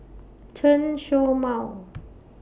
Chen Show Mao